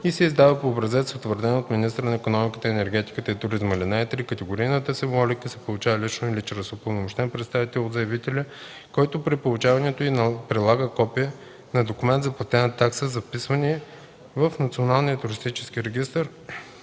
и се издава по образец, утвърден от министъра на икономиката, енергетиката и туризма. (3) Категорийната символика се получава лично или чрез упълномощен представител от заявителя, който при получаването й прилага копие на документ за платена такса за вписване в Националния туристически регистър